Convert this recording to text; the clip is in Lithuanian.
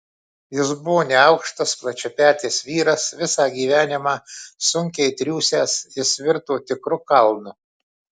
jis buvo neaukštas plačiapetis vyras visą gyvenimą sunkiai triūsęs jis virto tikru kalnu